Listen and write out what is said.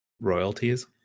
royalties